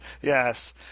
yes